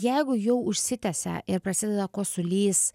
jeigu jau užsitęsia ir prasideda kosulys